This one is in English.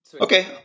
okay